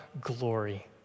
glory